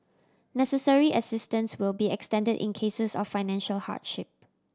necessary assistance will be extended in cases of financial hardship